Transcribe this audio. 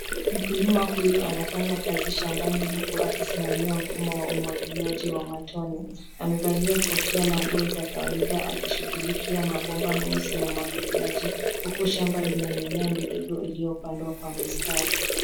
Mkulima huyu anafanya kazi shambani huku akisimamia mfumo wa umwagiliaji matone. Amevalia kofia na nguo za kawaida akishughulika mabomba meusi ya umwagiliaji huku shamba lina mimea midogo iliyopandwa kwa mistari.